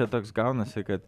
bet toks gaunasi kad